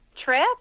trip